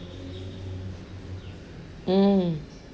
mm